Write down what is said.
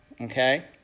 okay